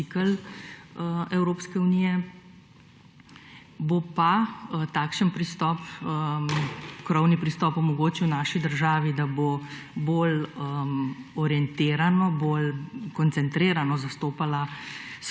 cikel Evropske unije, bo pa takšen pristop, krovni pristop omogočil naši državi, da bo bolj orientirano, bolj koncentrirano zastopala